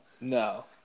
No